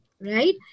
right